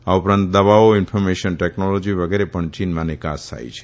આ ઉપરાંત દવાઓ ઇન્ફર્મેશન ટેકનોલોજી વગેરે પણ ચીનમાં નિકાસ થાય છે